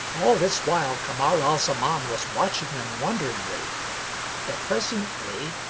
all this while kamar al-zaman was watching them wonderingly but presently,